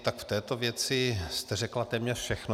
V této věci jste řekla téměř všechno.